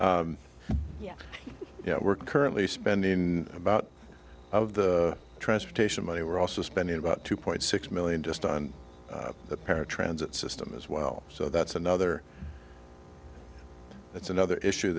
yeah yeah we're currently spending in about of the transportation money we're also spending about two point six million just on the para transit system as well so that's another that's another issue